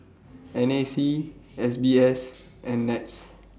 N A C S B S and Nets